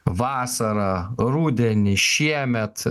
vasarą rudenį šiemet